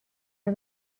the